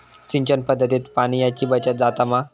सिंचन पध्दतीत पाणयाची बचत जाता मा?